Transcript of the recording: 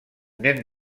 nen